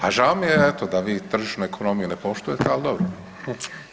A žao mi je eto da vi tržišnu ekonomiju ne poštujete, ali dobro.